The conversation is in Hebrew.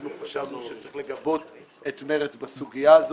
אנחנו חשבנו שצריך לגבות את מרצ בסוגיה הזאת.